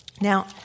Now